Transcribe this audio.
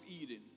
Eden